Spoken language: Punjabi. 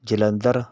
ਜਲੰਧਰ